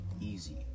easy